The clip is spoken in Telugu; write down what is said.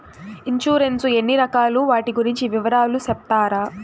ఇన్సూరెన్సు ఎన్ని రకాలు వాటి గురించి వివరాలు సెప్తారా?